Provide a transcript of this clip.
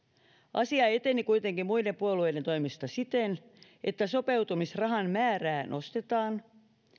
asia eteni kuitenkin muiden puolueiden toimesta siten että sopeutumisrahan määrää nostetaan ja